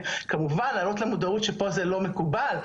כמובן להעלות למודעות שפה זה לא מקובל,